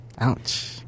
Ouch